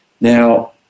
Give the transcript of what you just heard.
Now